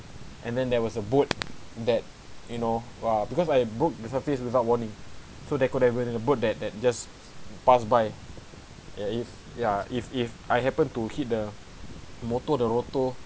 and then there was a boat that you know !wah! because I book the surface without warning so they could have been in a boat that just pass by ya if ya if if I happen to hit the motor the rotor